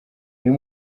uyu